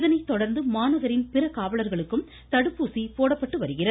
இதனை தொடர்ந்து மாநகரின் பிற காவலர்களுக்கும் தடுப்பூசி போடப்பட்டு வருகிறது